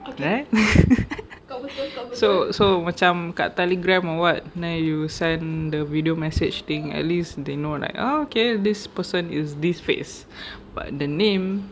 right so so macam kat Telegram or what then you send the video message thing at least they know like ah okay this person is this face but the name